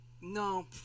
No